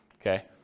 okay